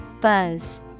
Buzz